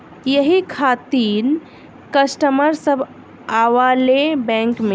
यही खातिन कस्टमर सब आवा ले बैंक मे?